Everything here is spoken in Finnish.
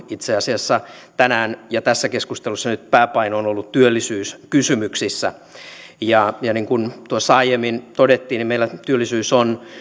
itse asiassa tänään ja tässä keskustelussa nyt pääpaino on ollut työllisyyskysymyksissä niin kuin tuossa aiemmin todettiin meillä työllisyys on